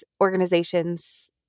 organizations